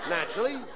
Naturally